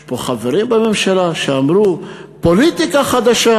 יש פה חברים בממשלה שאמרו: פוליטיקה חדשה,